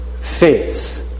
faiths